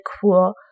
cool